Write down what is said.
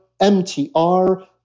MTR